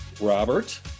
Robert